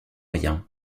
rien